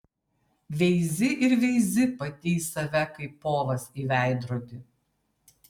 veizi ir veizi pati į save kaip povas į veidrodį